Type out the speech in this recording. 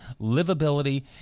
livability